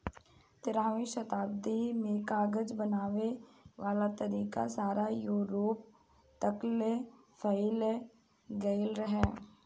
तेरहवीं सदी में कागज बनावे वाला तरीका सारा यूरोप तकले फईल गइल रहे